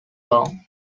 long